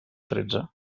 tretze